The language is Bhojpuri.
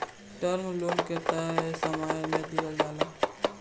टर्म लोन के तय समय में दिहल जाला